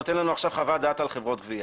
נותן לנו עכשיו חוות דעת על חברות גבייה.